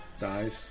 dies